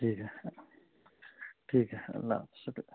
ٹھیک ہے ٹھیک ہے اللہ حافظ شکریہ